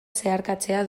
zeharkatzea